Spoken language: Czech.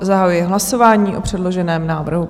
Zahajuji hlasování o předloženém návrhu.